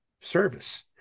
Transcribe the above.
service